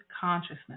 consciousness